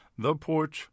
theporch